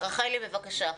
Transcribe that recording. רחלי, בבקשה.